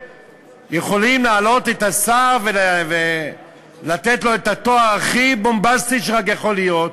יכולים להעלות את השר ולתת לו את התואר הכי בומבסטי שיכול להיות,